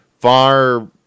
far